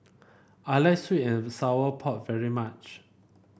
I like sweet and Sour Pork very much